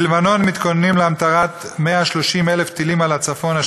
בלבנון מתכוננים להמטרת 130,000 טילים על הצפון,